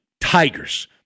Tigers